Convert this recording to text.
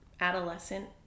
adolescent